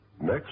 Next